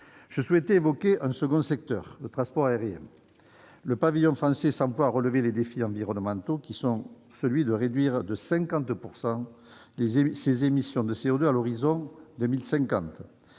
exponentiel. Concernant le secteur du transport aérien, le pavillon français s'emploie à relever les défis environnementaux, dont celui de réduire de 50 % ses émissions de CO2 à l'horizon 2050.